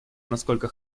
насколько